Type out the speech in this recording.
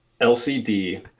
LCD